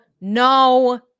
no